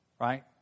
right